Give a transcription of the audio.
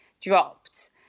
dropped